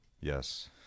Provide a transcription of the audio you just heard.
Yes